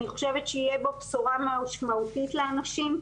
אני חושבת שתהיה בו בשורה משמעותית לאנשים,